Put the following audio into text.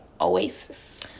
Oasis